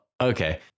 Okay